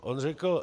On řekl: